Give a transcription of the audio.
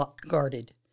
Guarded